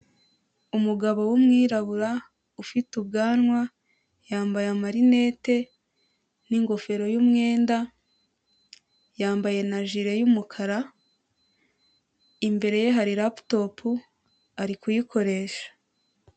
Umugabo w’umwirabura ufite ubwanwa, yambaye amarinette n’igofero y’umwenda, yambaye na jile y’umukara, imbere ye hari laptop ari kuyikoresha.